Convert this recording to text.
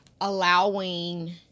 allowing